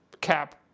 Cap